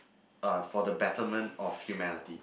uh for the betterment of humanity